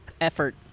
effort